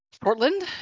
Portland